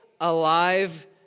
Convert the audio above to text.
alive